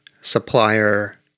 supplier